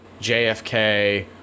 JFK